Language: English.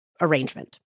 arrangement